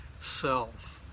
self